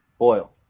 Oil